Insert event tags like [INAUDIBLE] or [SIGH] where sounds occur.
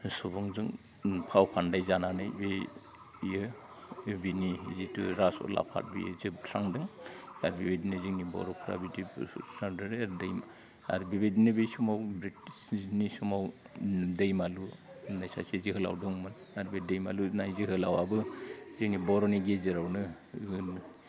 सुबुंजों फाव फान्दाय जानानै बि बियो बिनि जितु राजउलाफाद बियो जोबस्रांदों दा बेबायदिनो जोंनि बर'फ्रा बिदि बेफोर [UNINTELLIGIBLE] आरो बेबायदिनो बै सोमाव ब्रिटिसनि समाव दैमालु होननाय सासे जोहोलाव दंमोन नाथाय दैमालु होननाय जोहोलावआबो जोंनि बर'नि गेजेरावनो